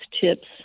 tips